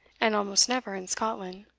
and almost never in scotland.